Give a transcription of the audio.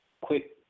quick